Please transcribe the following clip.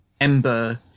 Ember